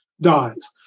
dies